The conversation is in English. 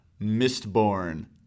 Mistborn